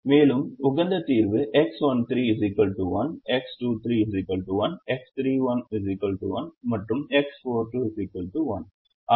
மேலும் உகந்த தீர்வு X13 1 X24 1 X31 1 மற்றும் X42 1 ஆகியவற்றால் வழங்கப்படுகிறது